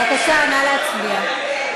בבקשה, נא להצביע.